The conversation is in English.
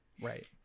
Right